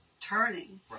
turning